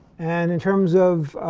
and in terms of